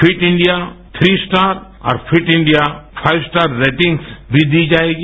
fit India three star और fit India five star ratings भी दी जाएगी